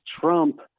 Trump